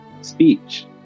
speech